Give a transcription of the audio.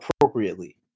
appropriately